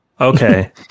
Okay